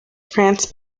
france